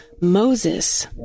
Moses